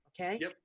Okay